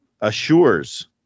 assures